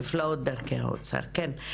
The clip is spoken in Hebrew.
נפלאות דרכי האוצר, כן.